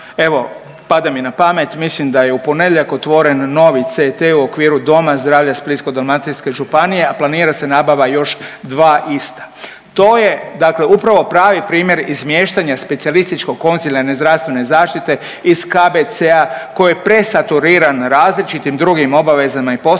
evo pada mi na pamet mislim da je u ponedjeljak otvoren novi CT u okviru Doma zdravlja Splitsko-dalmatinske županije, a planira se nabava još 2 ista. To je dakle pravi primjer izmještanja specijalističko konzilijarne zdravstvene zaštite iz KBC-a koji je presaturiran različitim drugim obavezama i poslovima